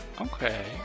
Okay